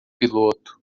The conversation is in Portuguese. piloto